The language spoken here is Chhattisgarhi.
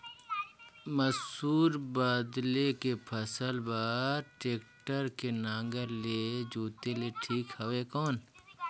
मसूर बदले के फसल बार टेक्टर के नागर ले जोते ले ठीक हवय कौन?